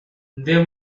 they